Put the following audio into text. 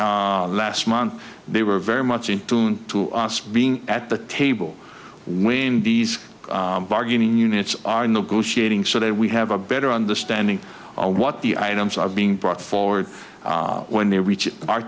last month they were very much in tune to us being at the table when these bargaining units are in the go shooting so that we have a better understanding on what the items are being brought forward when they reach our